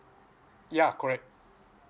yeah correct